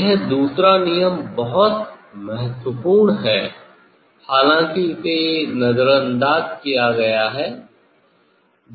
यह दूसरा नियम बहुत महत्वपूर्ण है हालांकि इसे नज़रअंदाज़ किया गया है